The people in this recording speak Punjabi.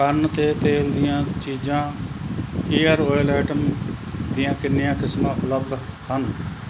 ਕੰਨ 'ਤੇ ਤੇਲ ਦੀਆਂ ਚੀਜ਼ਾਂ ਈਅਰ ਓਇਲ ਆਈਟਮ ਦੀਆਂ ਕਿੰਨੀਆਂ ਕਿਸਮਾਂ ਉਪਲੱਬਧ ਹਨ